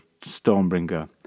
Stormbringer